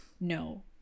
no